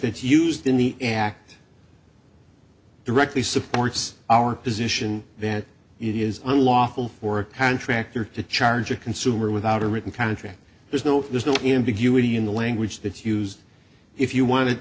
that's used in the act directly supports our position that it is unlawful for contractors to charge a consumer without a written contract there's no there's no ambiguity in the language that's used if you want to